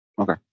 okay